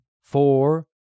four